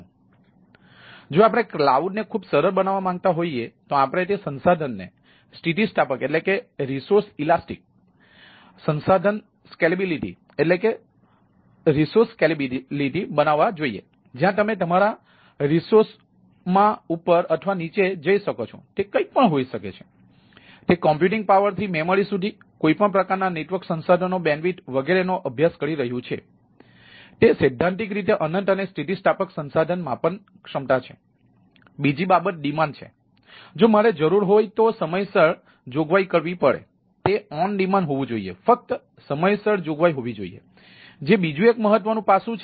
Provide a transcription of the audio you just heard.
તેથી જો આપણે ક્લાઉડ હોવું જોઈએ ફક્ત સમયસર જોગવાઈ હોવી જોઈએ જે બીજું એક મહત્ત્વનું પાસું છે